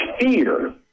fear